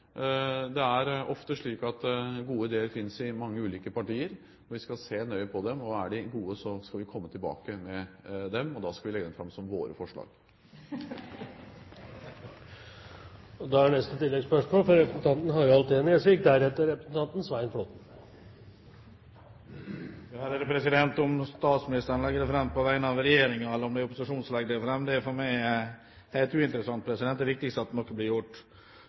Det er ofte slik at gode ideer finnes i mange ulike partier. Vi skal se nøye på dem, og er de gode, skal vi komme tilbake med dem, og da skal vi legge dem fram som våre forslag. Harald T. Nesvik – til oppfølgingsspørsmål. Om statsministeren legger det fram på vegne av regjeringen eller det er opposisjonen som legger det fram, er for meg helt uinteressant. Det viktigste er at noe blir gjort!